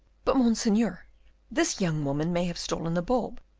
but, monseigneur, this young woman may have stolen the bulb,